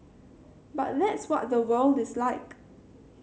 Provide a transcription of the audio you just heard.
but that's what the world is like